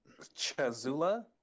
Chazula